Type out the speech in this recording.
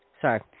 Sorry